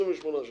אני